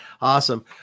Awesome